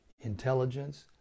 intelligence